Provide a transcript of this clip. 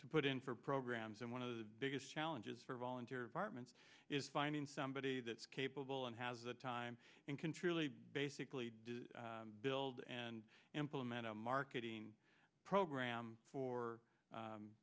to put in for programs and one of the biggest challenges for volunteer hartman's is finding somebody that is capable and has the time and can truly basically build and implement a marketing program for